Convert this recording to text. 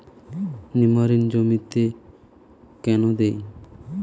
নিমারিন জমিতে কেন দেয়?